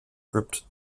gripped